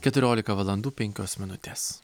keturiolika valandų penkios minutės